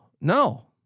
no